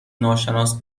ناشناس